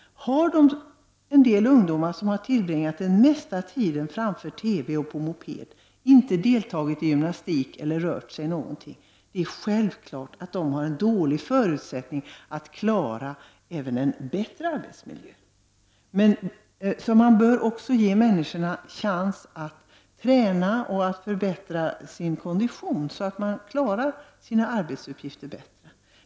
Ungdomar som har tillbringat den mesta tiden framför TV och på moped, som inte har deltagit i gymnastik eller rört sig någonting, har självfallet dåliga förutsättningar att klara även en bättre arbetsmiljö. Människor bör alltså få chansen att träna och förbättra sin kondition, så att de klarar sina arbetsuppgifter bättre.